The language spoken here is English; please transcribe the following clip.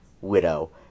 Widow